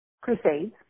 crusades